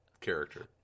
character